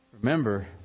remember